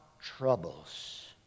troubles